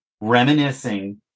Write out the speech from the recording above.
reminiscing